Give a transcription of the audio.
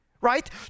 right